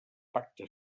pacte